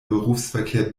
berufsverkehr